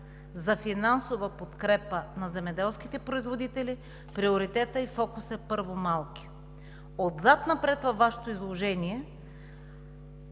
за финансова подкрепа на земеделските производители приоритетът и фокусът са първо малки. Отзад напред във Вашето изложение,